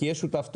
כי יש שותף טוב,